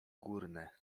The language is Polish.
górne